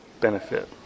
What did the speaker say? benefit